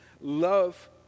Love